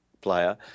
player